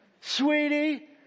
sweetie